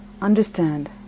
understand